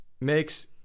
makes